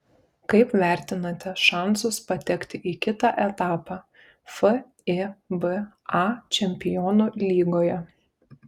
kaip vertinate šansus patekti į kitą etapą fiba čempionų lygoje